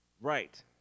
Right